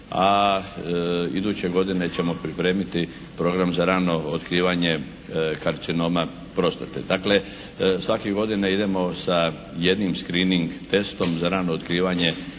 a iduće godine ćemo pripremiti program za rano otkrivanje karcinoma prostate. Dakle, svake godine idemo sa jednim screening testom za rano otkivanje